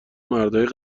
مردای